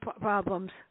problems